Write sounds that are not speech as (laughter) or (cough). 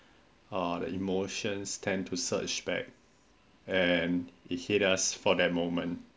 uh the emotions tend to search back and it heals us for that moment (breath)